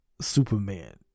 superman